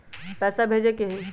पैसा भेजे के हाइ?